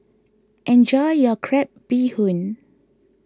enjoy your Crab Bee Hoon